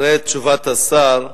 אחרי תשובת השר,